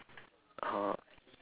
!huh!